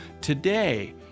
today